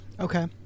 okay